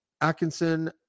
atkinson